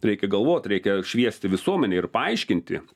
reikia galvot reikia šviesti visuomenę ir paaiškinti